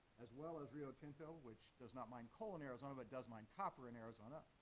as well as rio tinto, which does not mine coal in arizona but does mine copper in arizona,